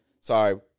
Sorry